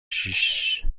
شیش